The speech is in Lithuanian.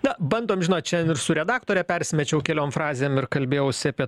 na bandom žinot čia ir su redaktore persimečiau keliom frazėm ir kalbėjausi apie